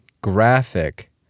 graphic